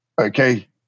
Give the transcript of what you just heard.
okay